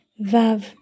Vav